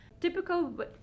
Typical